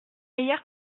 meilleur